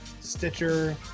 Stitcher